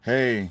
Hey